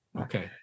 Okay